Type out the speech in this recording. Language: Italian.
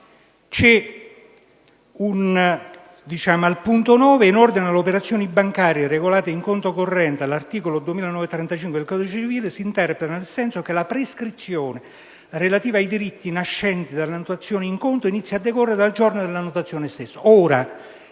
però, in ordine alle operazioni bancarie regolate in conto corrente, la norma di cui all'articolo 2935 del codice civile si interpreta nel senso che la prescrizione relativa ai diritti nascenti dall'annotazione in conto inizia a decorrere dal giorno dell'annotazione stessa.